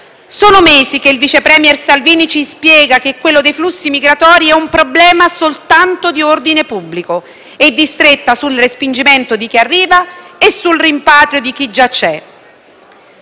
Sono mesi che il vice *premier* Salvini ci spiega che quello dei flussi migratori è un problema soltanto di ordine pubblico e di stretta sul respingimento di chi arriva e sul rimpatrio di chi già c'è.